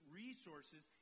resources